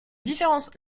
différences